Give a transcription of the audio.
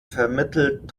vermittelt